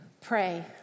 pray